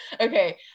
okay